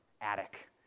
attic